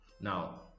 Now